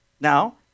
Now